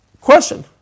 Question